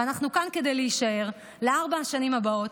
ואנחנו כאן כדי להישאר לארבע השנים הבאות,